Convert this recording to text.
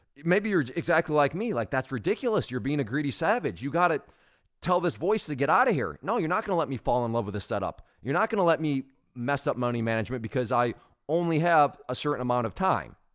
maybe you're exactly like me, like, that's ridiculous, you're being a greedy savage. you gotta tell this voice to get outta here. no, you're not gonna let me fall in love with this setup. you're not gonna let me mess up money management, because i only have a certain amount of time.